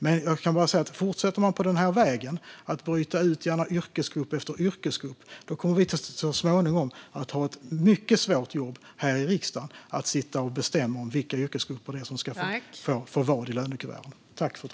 Men om man fortsätter på denna väg, att bryta ut yrkesgrupp efter yrkesgrupp, kommer vi så småningom att ha ett mycket svårt jobb här i riksdagen att sitta och bestämma om vad olika yrkesgrupper ska få i lönekuvertet.